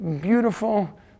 beautiful